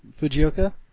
Fujioka